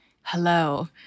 Hello